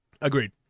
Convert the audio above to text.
Agreed